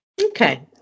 Okay